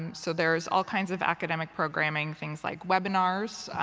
and so there is all kinds of academic programming things like webinars,